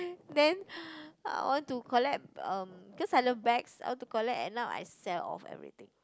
then I want to collect um cause I love bags I want to collect and now I sell off everything